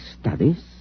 studies